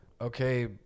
okay